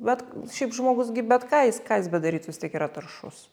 bet šiaip žmogus gi bet ką jis kas jis bedarytų vis tiek yra taršus